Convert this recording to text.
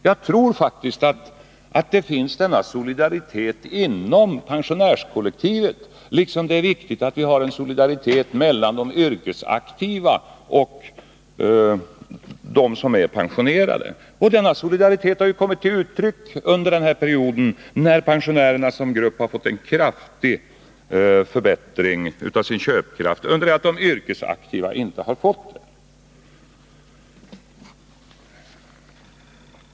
Jag tror faktiskt att det finns en sådan solidaritet inom pensionärskollektivet. På samma sätt är det viktigt att vi har en solidaritet mellan de yrkesaktiva och dem som är pensionerade. Denna solidaritet har också kommit till uttryck under den period då pensionärerna som grupp har fått en kraftig förbättring av sin köpkraft under det att de yrkesaktiva inte har fått det.